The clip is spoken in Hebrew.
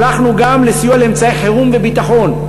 הלכנו גם לסיוע לאמצעי חירום וביטחון.